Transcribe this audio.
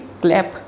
clap